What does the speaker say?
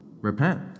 repent